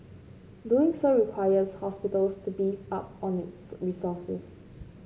doing so requires hospitals to beef up on its resources